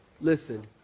listen